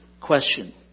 question